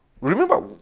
remember